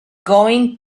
going